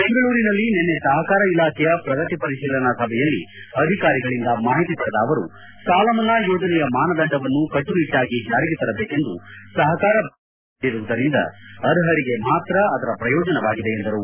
ಬೆಂಗಳೂರಿನಲ್ಲಿ ನಿನ್ನೆ ಸಹಕಾರ ಇಲಾಖೆಯ ಪ್ರಗತಿ ಪರಿತೀಲನಾ ಸಭೆಯಲ್ಲಿ ಅಧಿಕಾರಿಗಳಿಂದ ಮಾಹಿತಿ ಪಡೆದ ಅವರು ಸಾಲ ಮನ್ನಾ ಯೋಜನೆಯ ಮಾನದಂಡವನ್ನು ಕಟ್ಟುನಿಟ್ಟಾಗಿ ಜಾರಿಗೆ ತರಬೇಕೆಂದು ಸಹಕಾರ ಬ್ಯಾಂಕುಗಳಿಗೆ ಸೂಚನೆ ನೀಡಿರುವುದರಿಂದ ಅರ್ಹರಿಗೆ ಮಾತ್ರ ಅದರ ಪ್ರಯೋಜನವಾಗಿದೆ ಎಂದರು